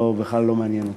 לא מעניין אותם.